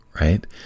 right